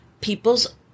people's